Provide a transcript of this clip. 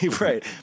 right